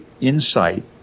insight